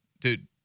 dude